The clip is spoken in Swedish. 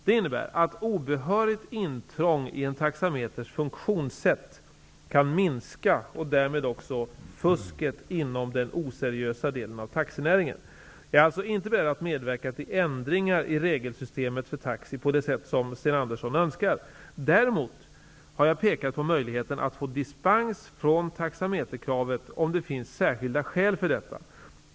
Det innebär att obehörigt intrång i en taxameters funktionssätt kan minska och därmed också fusket inom den oseriösa delen av taxinäringen. Jag är alltså inte beredd att medverka till ändringar i regelsystemet för taxi på det sätt som Sten Andersson önskar. Däremot har jag pekat på möjligheten att få dispens från taxameterkravet, om det finns särskilda skäl för detta.